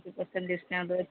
fifty percent discount ଅଛି